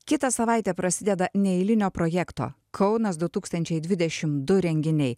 kitą savaitę prasideda neeilinio projekto kaunas du tūkstančiai dvidešim du renginiai